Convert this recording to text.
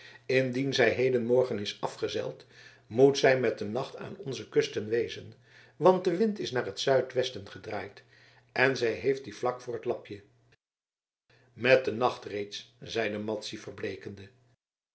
indien zij hedenmorgen is afgezeild moet zij met den nacht aan onze kusten wezen want de wind is naar t zuidwesten gedraaid en zij heeft dien vlak voor t lapje met den nacht reeds zeide madzy verbleekende